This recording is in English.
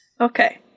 Okay